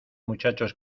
muchachos